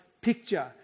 picture